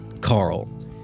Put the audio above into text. Carl